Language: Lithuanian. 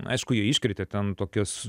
aišku jie iškrėtė ten tokias